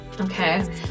Okay